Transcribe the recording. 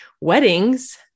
weddings